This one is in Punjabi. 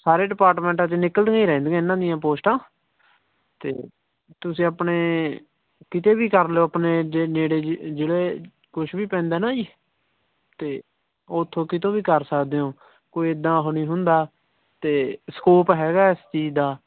ਸਾਰੇ ਡਿਪਾਰਟਮੈਂਟਾਂ 'ਚ ਨਿਕਲਦੀਆਂ ਹੀ ਰਹਿੰਦੀਆਂ ਇਹਨਾਂ ਦੀਆਂ ਪੋਸਟਾਂ ਅਤੇ ਤੁਸੀਂ ਆਪਣੇ ਕਿਤੇ ਵੀ ਕਰ ਲਿਓ ਆਪਣੇ ਜੇ ਨੇੜੇ ਜਿਲ੍ਹੇ ਕੁਛ ਵੀ ਪੈਂਦਾ ਨਾ ਜੀ ਤਾਂ ਉੱਥੋਂ ਕਿਤੋਂ ਵੀ ਕਰ ਸਕਦੇ ਹੋ ਕੋਈ ਇੱਦਾਂ ਉਹ ਨਹੀਂ ਹੁੰਦਾ ਅਤੇ ਸਕੋਪ ਹੈਗਾ ਇਸ ਚੀਜ਼ ਦਾ